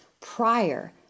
prior